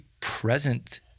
present